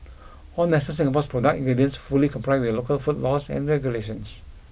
all Nestle Singapore's product ingredients fully comply with local food laws and regulations